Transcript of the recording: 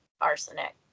arsenic